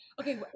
Okay